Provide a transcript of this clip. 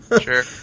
Sure